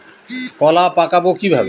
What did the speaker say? কলা পাকাবো কিভাবে?